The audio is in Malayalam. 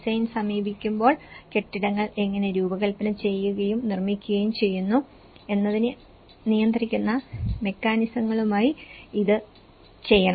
ഡിസൈൻ സമീപിക്കുമ്പോൾ കെട്ടിടങ്ങൾ എങ്ങനെ രൂപകൽപന ചെയ്യുകയും നിർമ്മിക്കുകയും ചെയ്യുന്നു എന്നതിനെ നിയന്ത്രിക്കുന്ന മെക്കാനിസങ്ങളുമായി ഇത് ചെയ്യണം